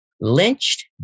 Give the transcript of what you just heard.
lynched